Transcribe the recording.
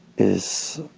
is